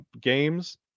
games